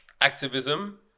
activism